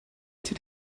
did